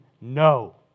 No